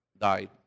died